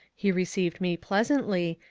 he received me pleasantly,